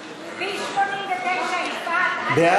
בטיחות בדרכים, לשנת הכספים 2017, לא נתקבלה.